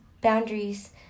boundaries